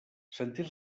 sentir